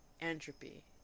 entropy